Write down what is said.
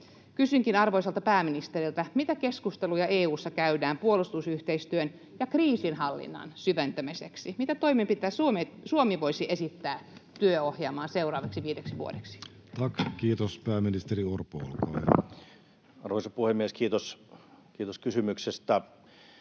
Kysynkin arvoisalta pääministeriltä: Mitä keskusteluja EU:ssa käydään puolustusyhteistyön ja kriisinhallinnan syventämiseksi? Mitä toimenpiteitä Suomi voisi esittää työohjelmaan seuraavaksi viideksi vuodeksi? Tack, kiitos! — Pääministeri Orpo, olkaa hyvä. Arvoisa puhemies! Kiitos kysymyksestä.